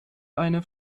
eine